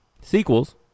Sequels